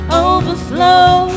overflow